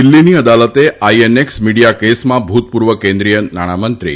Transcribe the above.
દિલ્હીની અદાલતે INX media કેસમાં ભુતપુર્વ કેન્દ્રિય નાણાં મંત્રી